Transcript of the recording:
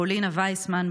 פולינה וייסמן,